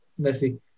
Messi